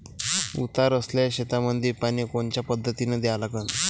उतार असलेल्या शेतामंदी पानी कोनच्या पद्धतीने द्या लागन?